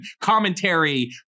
commentary